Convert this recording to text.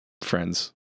friends